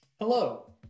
Hello